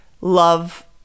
love